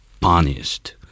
punished